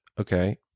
Okay